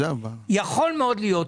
יכול מאוד להיות,